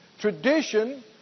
Tradition